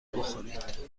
بخورید